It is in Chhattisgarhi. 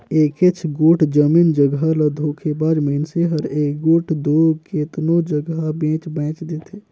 एकेच गोट जमीन जगहा ल धोखेबाज मइनसे हर एगोट दो केतनो जगहा बेंच बांएच देथे